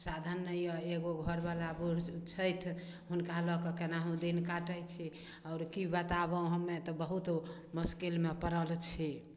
साधन नहि यऽ एगो घर बला बूढ़ छथि हुनका लऽके केनाहू दिन काटै छी आओर की बताबु हम्मे तऽ बहुत मुश्किलमे पड़ल छी